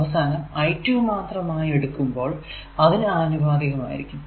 അവസാനം I2 മാത്രമായി എടുക്കുമ്പോൾ അതിനു ആനുപാതികമായിരിക്കും